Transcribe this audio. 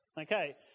Okay